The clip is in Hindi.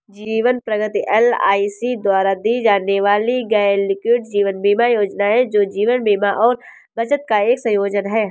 जीवन प्रगति एल.आई.सी द्वारा दी जाने वाली गैरलिंक्ड जीवन बीमा योजना है, जो जीवन बीमा और बचत का एक संयोजन है